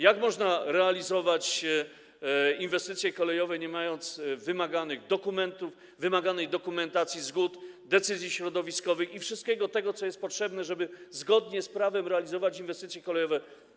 Jak można realizować inwestycje kolejowe, nie mając wymaganych dokumentów, wymaganej dokumentacji: zgód, decyzji środowiskowych i wszystkiego tego, co jest potrzebne, żeby zgodnie z prawem realizować inwestycje kolejowe?